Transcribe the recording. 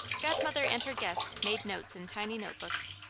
godmother and her guest made notes in tiny note-books.